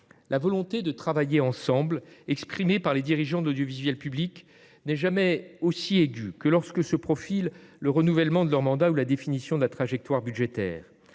la volonté de travailler ensemble exprimée par les dirigeants de l'audiovisuel public n'est jamais aussi aiguë que lorsque se profile le renouvellement de leur mandat ou la définition de la trajectoire budgétaire